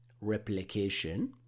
replication